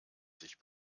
sich